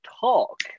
talk